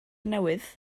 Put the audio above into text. newydd